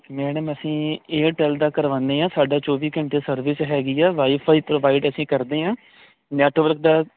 madam ਅਸੀਂ Airtel ਦਾ ਕਰਵਾਉਦੇ ਆਂ ਸਾਡਾ ਚੋਵੀ ਘੰਟੇ ਸਰਵਿਸ ਹੈਗੀ ਆ ਵਾਈਫਾਈ ਪ੍ਰੋਵਾਈਡ ਅਸੀਂ ਕਰਦੇ ਆ ਨੈਟਵਰਕ ਦਾ